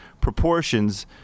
proportions